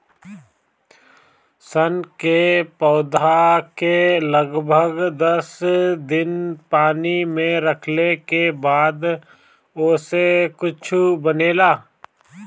सन के पौधा के लगभग दस दिन पानी में रखले के बाद ओसे कुछू बनेला